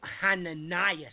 Hananiah